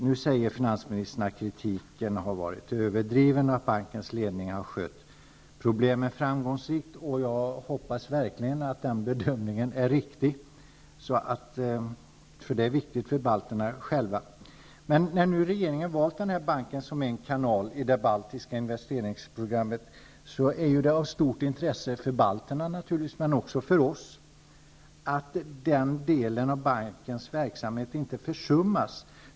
Nu säger finansministern att kritiken har varit överdriven och att bankens ledning framgångsrikt har löst problemen. Jag hoppas verkligen att den bedömningen är riktig, eftersom det är viktigt för balterna själva. När nu regeringen har valt banken som en kanal i det baltiska investeringsprogrammet är det naturligtvis av stort intresse för balterna men också för oss att denna del av bankens verksamhet inte försummas.